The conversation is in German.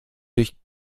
durch